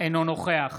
אינו נוכח